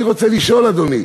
אני רוצה לשאול, אדוני,